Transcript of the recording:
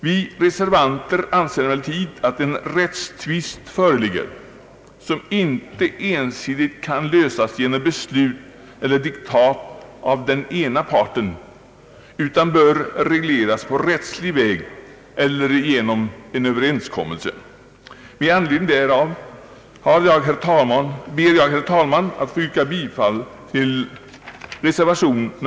Vi reservanter anser dock att en rättstvist föreligger, som inte ensidigt kan lösas genom ett beslut eller diktat av den ena parten utan bör regleras på rättslig väg eller genom en överenskommelse. Med anledning härav ber jag, herr talman, att få yrka bifall till reservationen.